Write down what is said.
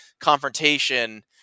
confrontation